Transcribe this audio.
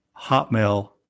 hotmail